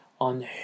on